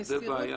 לגבי המסירות